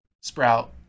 Sprout